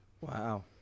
Wow